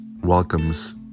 welcomes